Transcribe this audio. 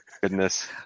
Goodness